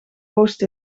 post